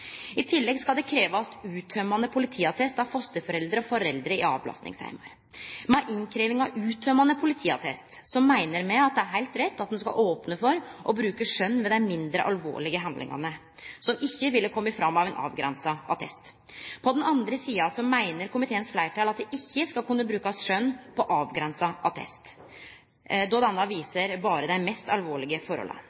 I tillegg skal det krevjast uttømmande politiattest av fosterforeldre og foreldre i avlastingsheimar. Ved innkrevjing av uttømmande politiattest meiner me at det er heilt greitt at ein skal opne for å bruke skjønn ved dei mindre alvorlege hendingane, som ikkje ville kome fram av ein avgrensa attest. På den andre sida meiner komiteens fleirtal at det ikkje skal kunne brukast skjønn på avgrensa attest, då denne